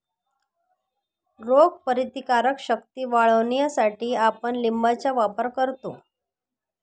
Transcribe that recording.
रोगप्रतिकारक शक्ती वाढवण्यासाठीही आपण लिंबाचा वापर करतो